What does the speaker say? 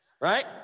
Right